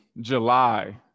July